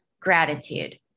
gratitude